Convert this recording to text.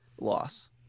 loss